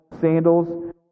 sandals